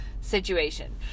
situation